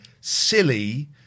silly